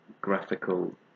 graphical